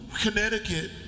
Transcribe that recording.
Connecticut